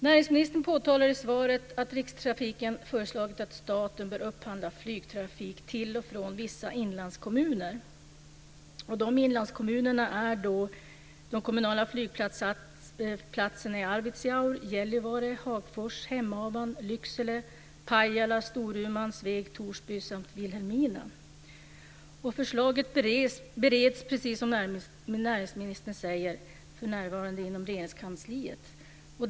Näringsministern påtalar i svaret att Rikstrafiken har föreslagit att staten bör upphandla flygtrafik till och från vissa inlandskommuner. De gäller då de kommunala flygplatserna i Arvidsjaur, Gällivare, Sveg, Torsby samt Vilhelmina. Förslaget bereds, precis som näringsministern säger, för närvarande inom Regeringskansliet.